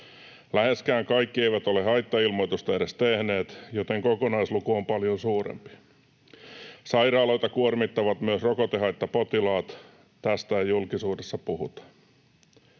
Läheskään kaikki eivät ole haittailmoitusta edes tehneet, joten kokonaisluku on paljon suurempi. Sairaaloita kuormittavat myös rokotehaittapotilaat. Tästä ei julkisuudessa puhuta.